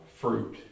fruit